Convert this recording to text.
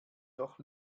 doch